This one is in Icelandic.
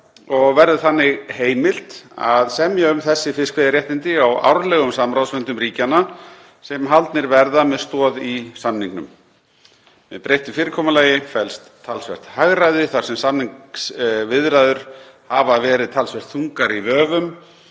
og verður þannig heimilt að semja um þessi fiskveiðiréttindi á árlegum samráðsfundum ríkjanna sem haldnir verða með stoð í samningnum. Í breyttu fyrirkomulagi felst talsvert hagræði þar sem samningsviðræður hafa verið talsvert þungar í vöfum